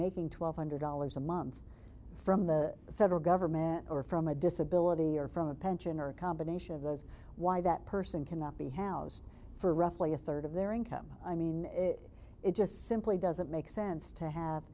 making twelve hundred dollars a month from the federal government or from a disability or from a pension or a combination of those why that person can that be housed for roughly a third of their income i mean it just simply doesn't make sense to have